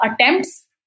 attempts